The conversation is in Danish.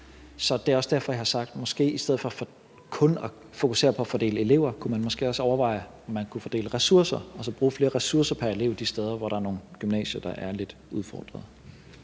Det er også derfor, jeg har sagt, at man i stedet for kun at fokusere på fordelingen måske også kunne overveje, om man kunne fordele ressourcerne og så bruge flere ressourcer pr. elev de steder, hvor der er nogle gymnasier, der er lidt udfordret.